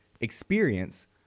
experience